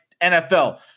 NFL